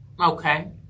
Okay